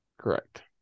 Correct